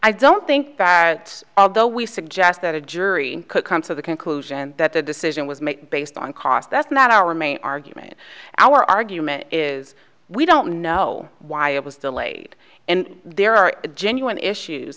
i don't think that although we suggest that a jury could come to the conclusion that the decision was made based on cost that's not our main argument our argument is we don't know why it was delayed and there are genuine issues